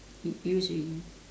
u~ use already